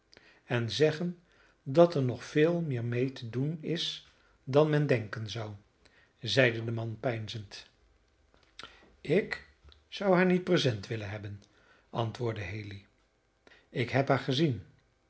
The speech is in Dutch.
en zeggen dat er nog veel meer mee te doen is dan men denken zou zeide de man peinzend ik zou haar niet present willen hebben antwoordde haley ik heb haar gezien